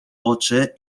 oczy